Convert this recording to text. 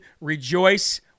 rejoice